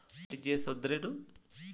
RTGS ಅಂದ್ರೇನು?